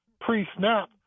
pre-snap